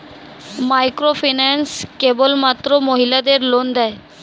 Microfinance কেবলমাত্র মহিলাদের loan দেয়?